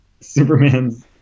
Superman's